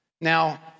Now